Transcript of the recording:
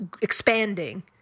expanding